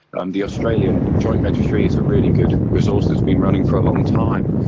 and the australian joint registry is a really good resource that's been running for a long time,